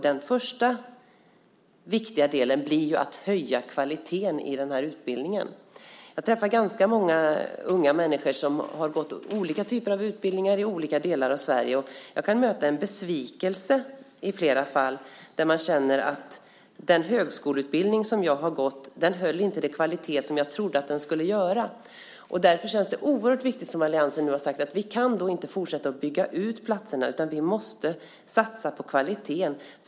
Den första viktiga delen blir ju att höja kvaliteten i utbildningen. Jag träffar ganska många unga människor som har gått olika typer av utbildningar i olika delar av Sverige. Jag möter i flera fall en besvikelse. Man känner att den högskoleutbildning som man har gått inte höll den kvalitet som man trodde att den skulle göra. Därför känns det oerhört viktigt att, som alliansen har sagt, vi inte fortsätter att bygga ut platserna. Vi måste satsa på kvaliteten.